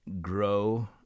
grow